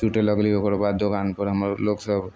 जुटै लगलै ओकर बाद दोकानपर हमर लोकसब